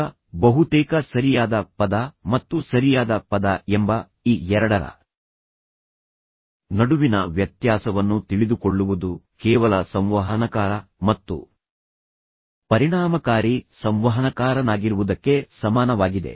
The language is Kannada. ಈಗ ಬಹುತೇಕ ಸರಿಯಾದ ಪದ ಮತ್ತು ಸರಿಯಾದ ಪದ ಎಂಬ ಈ ಎರಡರ ನಡುವಿನ ವ್ಯತ್ಯಾಸವನ್ನು ತಿಳಿದುಕೊಳ್ಳುವುದು ಕೇವಲ ಸಂವಹನಕಾರ ಮತ್ತು ಪರಿಣಾಮಕಾರಿ ಸಂವಹನಕಾರನಾಗಿರುವುದಕ್ಕೆ ಸಮಾನವಾಗಿದೆ